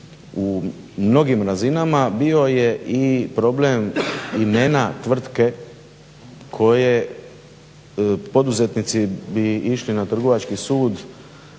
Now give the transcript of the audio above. u mnogim razinama bio je i problem imena tvrtke koje poduzetnici bi išli na trgovački sud,